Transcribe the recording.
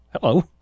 Hello